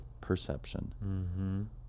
perception